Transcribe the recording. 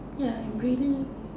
ya I'm really